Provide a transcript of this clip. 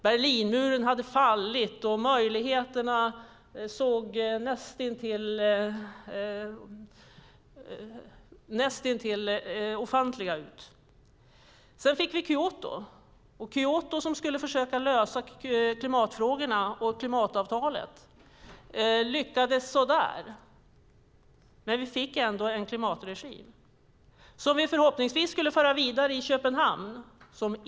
Berlinmuren hade fallit, och möjligheterna såg näst intill ofantliga ut. Sedan fick vi Kyoto, där man skulle försöka lösa klimatfrågorna och klimatavtalet. Det lyckades så där. Men vi fick ändå en klimatregim som vi förhoppningsvis skulle föra vidare i Köpenhamn.